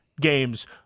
games